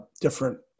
different